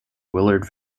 willard